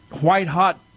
white-hot –